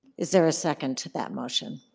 is there a second to that motion?